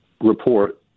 report